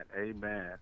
amen